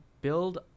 build